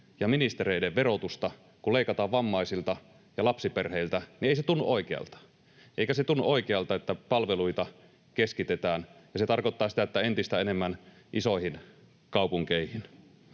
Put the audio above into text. ja ministereiden verotusta, kun leikataan vammaisilta ja lapsiperheiltä, ei tunnu oikealta. Eikä se tunnu oikealta, että palveluita keskitetään, ja se tarkoittaa sitä, että entistä enemmän keskitetään isoihin kaupunkeihin.